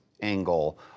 angle